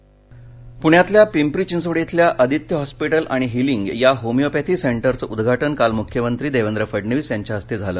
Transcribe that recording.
उद्घाटनः पुण्यातल्या पिंपरी चिंचवड इथल्या आदित्यन हॉस्पिटल आणि हिलिंग या होमिओपॅथी सेंटरचे उद्घाटन काल मुख्यमंत्री देवेंद्र फडणवीस यांच्या हस्ते झालं